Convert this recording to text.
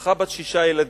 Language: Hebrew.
משפחה בת שישה ילדים,